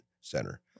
center